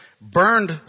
burned